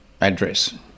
address